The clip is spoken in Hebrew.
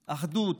אחדות.